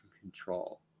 control